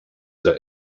that